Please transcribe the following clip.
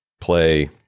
play